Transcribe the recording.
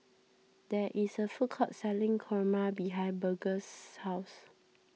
there is a food court selling Kurma behind Burgess' house